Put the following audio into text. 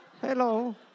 Hello